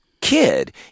kid